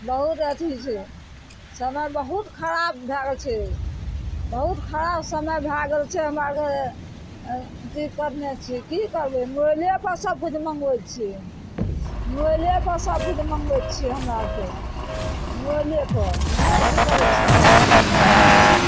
बहुत अथी छै समय बहुत खराब भए गेल छै बहुत खराब समय भए गेल छै हमरा आरके दिक्कतमे छी की करबय मोबाइलेपर सबकिछु मँगाये छियै मोबाइलेपर सबकिछु मँगाबइए छियै हमरा आरके मोबाइलेपर छी हमरा अथी करय सब गोरा